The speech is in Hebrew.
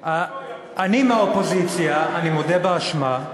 אני מהאופוזיציה, אני מודה באשמה,